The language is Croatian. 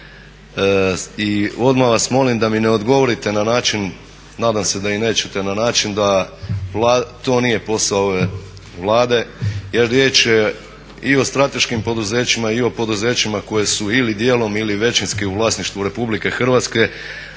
i odmah vas molim da mi ne odgovorite na način, nadam se da i nećete na način da to nije posao ove Vlade jer riječ je i o strateškim poduzećima i o poduzećima koja su ili djelom ili većinski u vlasništvu RH a i samo